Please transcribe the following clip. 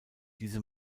diese